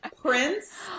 Prince